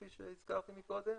כפי שהזכרתי קודם.